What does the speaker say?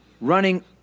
running